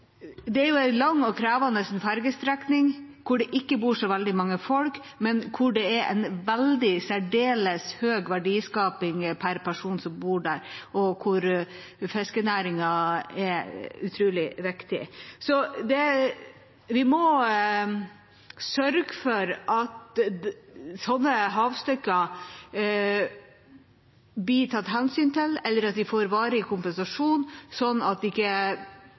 Det er en lang og krevende fergestrekning der det ikke bor så veldig mange folk, men der det er særdeles høy verdiskaping per person som bor der, og der fiskerinæringen er utrolig viktig. Vi må sørge for at slike havstykker blir tatt hensyn til, eller at man får varig kompensasjon, så ikke pengene sentraliseres til de strekningene hvor det er mest trafikk. For disse fergestrekningene er